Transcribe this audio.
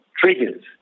triggers